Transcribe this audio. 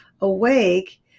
awake